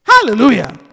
Hallelujah